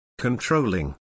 controlling